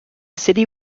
city